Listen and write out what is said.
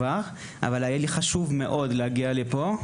אבל היה לי חשוב מאוד להגיע לפה,